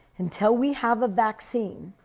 until we have a vaccine,